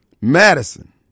Madison